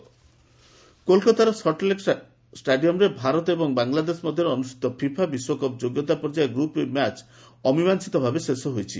football କୋଲକାତାର ସଲ୍ଟଲେକ୍ ଷ୍ଟାଡିୟମ୍ରେ ଭାରତ ଏବଂ ବାଂଲାଦେଶ ମଧ୍ୟରେ ଅନୁଷ୍ଠିତ ଫିଫା ବିଶ୍ୱକପ୍ ଯୋଗ୍ୟତା ପର୍ଯ୍ୟାୟର ଗ୍ରପ୍ ଇ ମ୍ୟାଚ୍ ଅମୀମାଂସିତ ଭାବେ ଶେଷ ହୋଇଛି